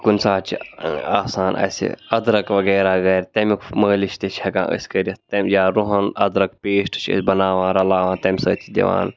کُنہِ ساتہٕ چھِ آسان اَسہِ اَدرَک وغیرہ گَرِ تَمیُک مٲلِش تہِ چھِ ہیٚکان أسۍ کٔرِتھ یا رُہَن اَدرَک پیسٹ چھِ أسۍ بَناوان رَلاوان تَمہِ سۭتۍ چھِ دِوان